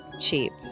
cheap